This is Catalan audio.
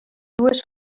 dues